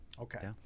Okay